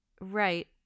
Right